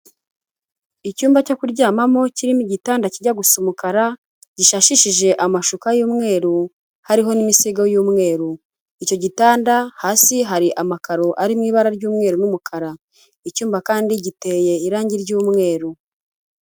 Icyumba cyo kuryamamo kirimo igitanda kijya gusa umukara, gisasishije amashuka y'umweru, hariho n'imisego y'umweru. Icyo gitanda hasi hari amakaro arimo ibara ry'umweru n'umukara, icyumba kandi giteye irangi ry'umweru.